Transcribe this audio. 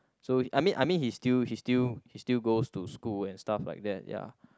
so he I mean I mean he still he still he still goes to school and stuff like that ya